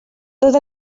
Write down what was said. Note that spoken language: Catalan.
tot